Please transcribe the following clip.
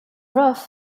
rough